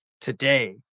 today